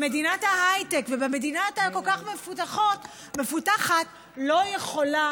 מדינת ההייטק ומדינה כל כך מפותחת, לא יכולה